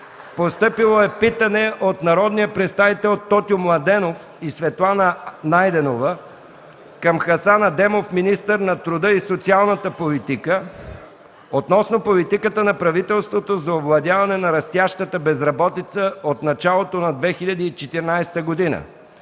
януари 2004 г.; - народните представители Тотю Младенов и Светлана Ангелова към Хасан Адемов – министър на труда и социалната политика, относно политиката на правителството за овладяване на растящата безработица от началото на 2014 г.